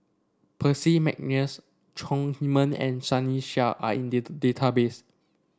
Percy McNeice Chong Heman and Sunny Sia are in the database